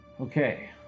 Okay